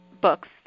books